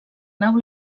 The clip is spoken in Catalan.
nau